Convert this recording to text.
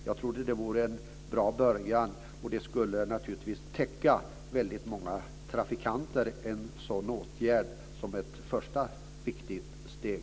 Jag tror att det vore en bra början, och en sådan åtgärd skulle naturligtvis täcka väldigt många trafikanter som ett första viktigt steg.